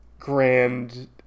grand